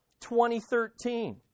2013